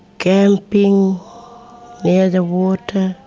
camping near the water,